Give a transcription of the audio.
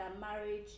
marriage